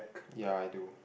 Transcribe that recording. ya I do